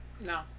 No